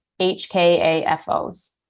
HKAFOs